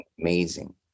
amazing